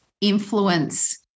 influence